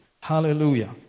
Hallelujah